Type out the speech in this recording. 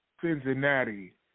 Cincinnati